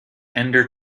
ender